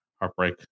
Heartbreak